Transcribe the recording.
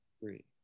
three